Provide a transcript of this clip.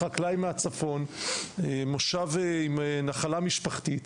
חקלאי ממושב בצפון עם נחלה משפחתית,